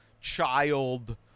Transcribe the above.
child